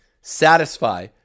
satisfy